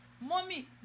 Mommy